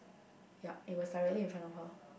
yup it was directly in front of her